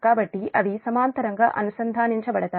కాబట్టి అవి సమాంతరంగా అనుసంధానించబడతాయి